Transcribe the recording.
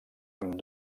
amb